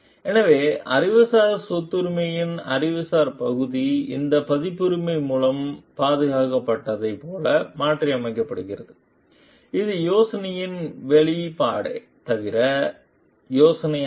எனவே அறிவுசார் சொத்துரிமையின் அறிவுசார் பகுதி இங்கே பதிப்புரிமை மூலம் பாதுகாக்கப்பட்டதைப் போல மாற்றியமைக்கப்படுகிறது இது யோசனையின் வெளிப்பாடே தவிர யோசனை அல்ல